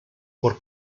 por